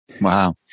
Wow